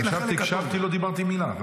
לא הגעתי לחלק --- הקשבתי,